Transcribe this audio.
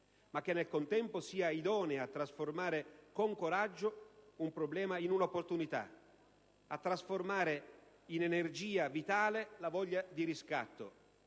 ma che nel contempo dovrà essere idoneo a trasformare con coraggio un problema in un'opportunità, a trasformare in energia vitale la voglia di riscatto,